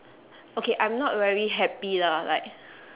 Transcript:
okay I'm not very happy lah like